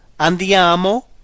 Andiamo